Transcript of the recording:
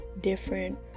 different